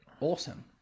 awesome